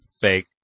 fake